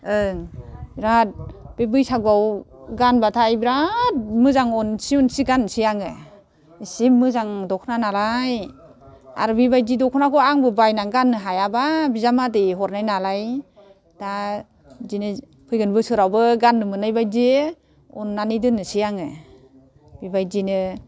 ओं बेराद बे बैसागुआव गानबाथाय बिराद मोजां अनसि अनसि गाननोसै आङो इसे मोजां दखना नालाय आरो बेबायदि दख'नाखौ आंबो बायनानै गाननो हायाबा बिजामादै हरनाय नालाय दा बिदिनो फैगोन बोसोरावबो गाननो मोननायबायदि अननानै दोननोसै आङो बेबायदिनो